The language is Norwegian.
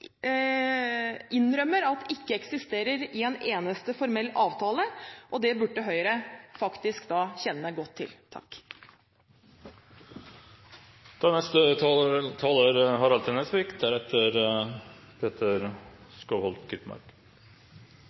ikke eksisterer i en eneste formell avtale, og det burde Høyre faktisk kjenne godt til.